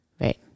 Right